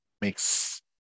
makes